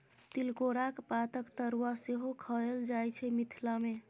तिलकोराक पातक तरुआ सेहो खएल जाइ छै मिथिला मे